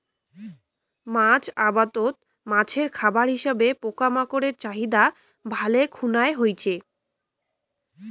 মাছ আবাদত মাছের খাবার হিসাবে পোকামাকড়ের চাহিদা ভালে খুনায় হইচে